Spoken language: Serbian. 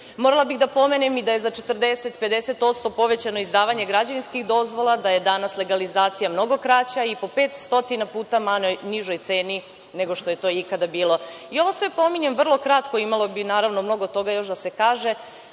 bih da pomenem i da je za 40-50% povećano izdavanje građevinskih dozvola, da je danas legalizacija mnogo kraća i po 500 puta na nižoj ceni nego što je to ikada bilo. Ovo sve pominjem, vrlo kratko. Imalo bi, naravno, mnogo toga još da se kaže,